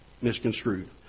misconstrued